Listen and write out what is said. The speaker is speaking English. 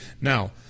Now